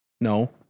No